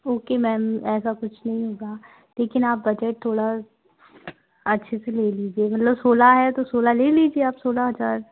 okay ma'am ऐसा कुछ नहीं होगा लेकिन आप बजट थोड़ा अच्छे से ले लीजिए मतलब सोलह है तो सोलह ले लीजिए आप सोलह हज़ार